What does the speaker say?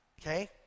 Okay